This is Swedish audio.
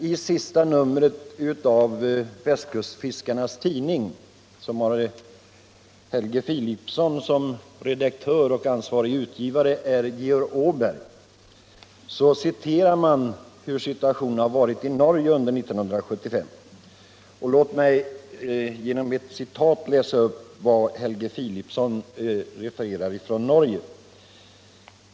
I senaste numret av västkustfiskarnas tidskrift som har Helge Filipson som redaktör — ansvarig utgivare är Georg Åberg — citeras ur en beskrivning av motsvarande situation i Norge under 1975. Låt mig läsa upp vad Helge Filipson där refererar från Norge!